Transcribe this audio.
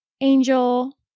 Angel